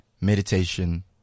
meditation